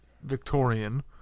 Victorian